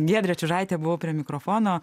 giedrė čiužaitė buvau prie mikrofono